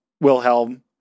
Wilhelm